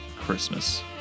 Christmas